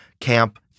Camp